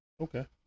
Okay